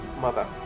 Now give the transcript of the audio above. mother